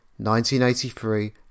1983